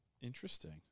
Interesting